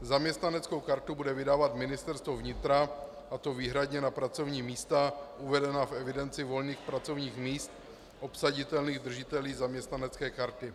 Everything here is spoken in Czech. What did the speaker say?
Zaměstnaneckou kartu bude vydávat Ministerstvo vnitra, a to výhradně na pracovní místa uvedená v evidenci volných pracovních míst obsaditelných držiteli zaměstnanecké karty.